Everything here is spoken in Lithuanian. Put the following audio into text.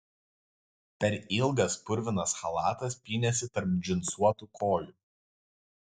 per ilgas purvinas chalatas pynėsi tarp džinsuotų kojų